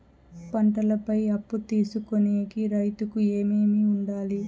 పంటల పై అప్పు తీసుకొనేకి రైతుకు ఏమేమి వుండాలి?